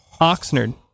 Oxnard